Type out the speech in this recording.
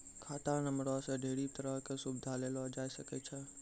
खाता नंबरो से ढेरी तरहो के सुविधा लेलो जाय सकै छै